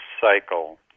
cycle